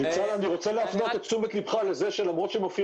אני רוצה להפנות את תשומת לבך לכך שלמרות שמופיע